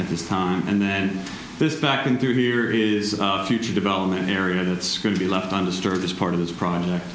at this time and then this back in through here is a huge development area that's going to be left undisturbed as part of this project